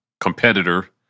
competitor